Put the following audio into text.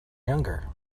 younger